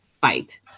fight